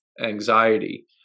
anxiety